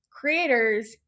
creators